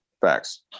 facts